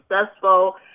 successful